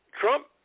Trump